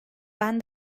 ben